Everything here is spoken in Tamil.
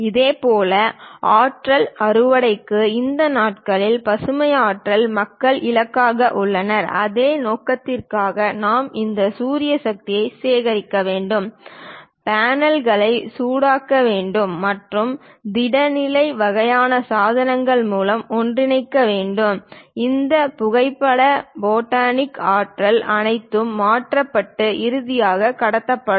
இதேபோல் ஆற்றல் அறுவடைக்கு இந்த நாட்களில் பசுமை ஆற்றல் மக்கள் இலக்காக உள்ளனர் அந்த நோக்கத்திற்காக நாம் இந்த சூரிய சக்தியை சேகரிக்க வேண்டும் பேனல்களை சூடாக்க வேண்டும் அல்லது திட நிலை வகையான சாதனங்கள் மூலம் ஒன்றிணைக்க வேண்டும் இந்த புகைப்பட ஃபோட்டானிக் ஆற்றல் அனைத்தும் மாற்றப்பட்டு இறுதியாக கடத்தப்படும்